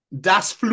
Das